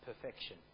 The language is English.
perfection